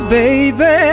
baby